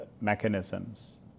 mechanisms